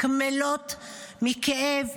קמלות מכאב,